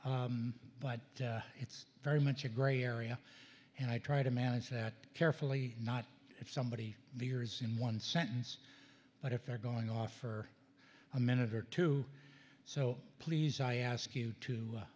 scope but it's very much a gray area and i try to manage that carefully not if somebody here is in one sentence but if they're going off for a minute or two so please i ask you to